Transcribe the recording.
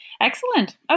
Excellent